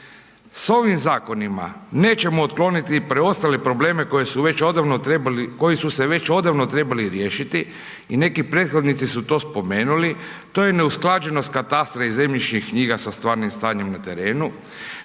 S ovim zakonima, nećemo otkloniti preostale probleme koji su se već odavno trebali riješiti i neki prethodnici su to spomenuli, to je neusklađenost katastra i zemljišnih knjiga sa stvarnim stanjem na terenu,